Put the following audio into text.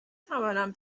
توانم